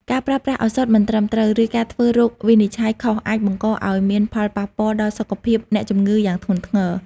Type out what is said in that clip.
ការប្រើប្រាស់ឱសថមិនត្រឹមត្រូវ ឬការធ្វើរោគវិនិច្ឆ័យខុសអាចបង្កឱ្យមានផលប៉ះពាល់ដល់សុខភាពអ្នកជំងឺយ៉ាងធ្ងន់ធ្ងរ។